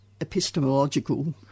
epistemological